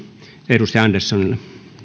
edustaja anderssonilla